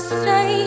say